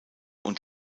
und